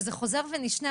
שזה חוזר ונשנה,